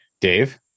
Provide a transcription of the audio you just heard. Dave